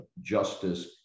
justice